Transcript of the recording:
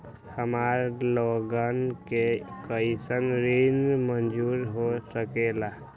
हमार लोगन के कइसन ऋण मंजूर हो सकेला?